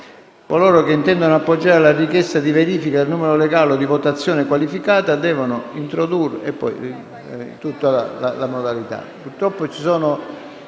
Coloro che intendono appoggiare la richiesta di verifica del numero legale o di votazione qualificata devono introdurre…» e segue